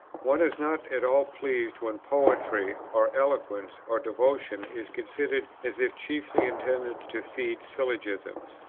one is not at all pleased when poetry, or eloquence, or devotion, is considered as if chiefly intended to feed syllogisms.